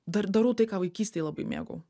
dar darau tai ką vaikystėje labai mėgau